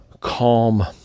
calm